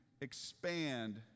expand